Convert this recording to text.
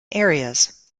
areas